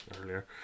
earlier